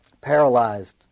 Paralyzed